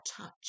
touch